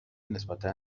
نسبتا